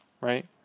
right